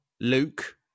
Luke